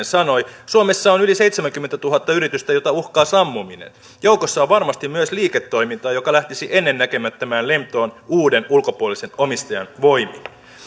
sanoi suomessa on yli seitsemänkymmentätuhatta yritystä joita uhkaa sammuminen joukossa on varmasti myös liiketoimintaa joka lähtisi ennennäkemättömään lentoon uuden ulkopuolisen omistajan voimin